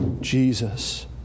Jesus